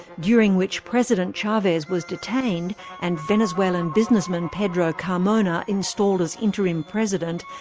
during which president chavez was detained and venezuelan businessman pedro carmona installed as interim president,